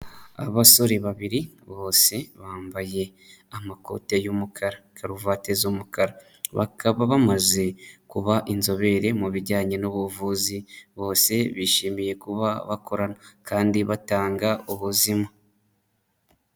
Abasore babiri, bose bambaye amakoti y'umukara, karuvati z'umukara, bakaba bamaze kuba inzobere mu bijyanye n'ubuvuzi, bose bishimiye kuba bakorana, kandi batanga ubuzima.